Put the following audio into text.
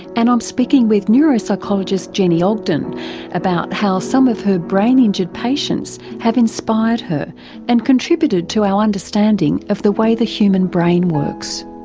and i'm speaking with neuropsychologist jenni ogden about how some of her brain injured patients have inspired her and contributed to our understanding of the way the human brain works.